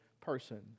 person